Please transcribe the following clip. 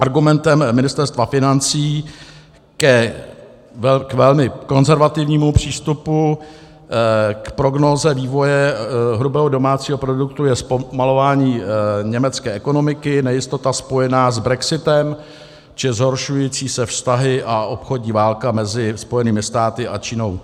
Argumentem Ministerstva financí k velmi konzervativnímu přístupu k prognóze vývoje hrubého domácího produktu je zpomalování německé ekonomiky, nejistota spojená s brexitem či zhoršující se vztahy a obchodní válka mezi Spojenými státy a Čínou.